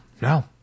no